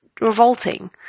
revolting